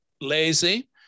lazy